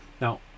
Now